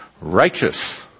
righteous